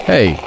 Hey